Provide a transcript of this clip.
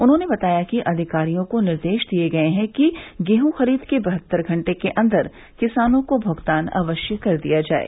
उन्होंने बताया कि अधिकारियों को निर्देश दिये गये हैं कि गेहूँ खरीद के बहत्तर घंटे के अन्दर किसानों को भुगतान अवश्य कर दिया जाये